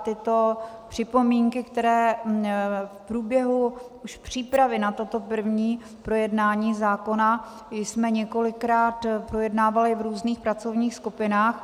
Tyto připomínky, které v průběhu už přípravy na toto první projednání zákona jsme několikrát projednávali v různých pracovních skupinách.